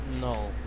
No